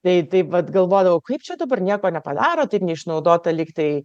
tai taip vat galvodavau kaip čia dabar nieko nepadaro taip neišnaudota lyg tai